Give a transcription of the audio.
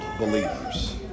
believers